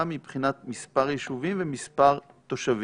מבחינת מספר יישובים ומספר תושבים?